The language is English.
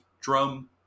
drum